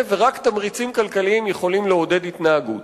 ורק תמריצים כלכליים יכולים לעודד התנהגות.